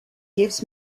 gives